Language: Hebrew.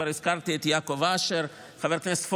כבר הזכרתי את יעקב אשר, חבר הכנסת פורר.